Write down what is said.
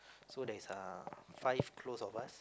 so there is uh five close of us